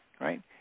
right